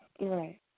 Right